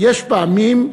יש פעמים צרכים,